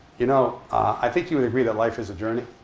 you know i think you would agree that life is a journey.